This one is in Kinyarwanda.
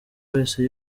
wese